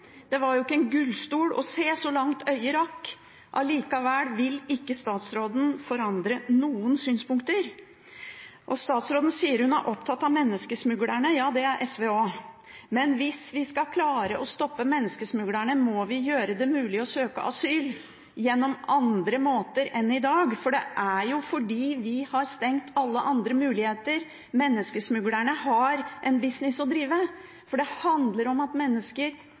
det var ikke en gullstol å se så langt øyet rakk. Allikevel vil statsråden ikke endre noen synspunkter. Statsråden sier hun er opptatt av menneskesmuglerne. Det er SV også. Men hvis vi skal klare å stoppe menneskesmuglerne, må vi gjøre det mulig å søke asyl på andre måter enn i dag – for det er jo fordi vi har stengt alle andre muligheter, menneskesmuglerne har en business å drive. Det handler om at mennesker